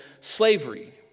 slavery